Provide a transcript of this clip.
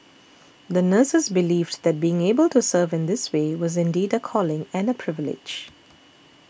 the nurses believed that being able to serve in this way was indeed a calling and a privilege